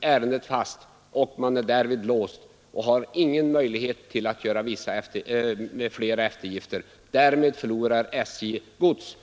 ärendet fast, och man är därvid låst och har ingen möjlighet att göra fler eftergifter. Därmed förlorar SJ gods.